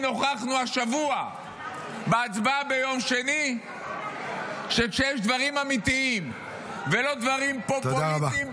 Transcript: הוכחנו השבוע בהצבעה ביום שני שכשיש דברים אמיתיים ולא דברים פוליטיים,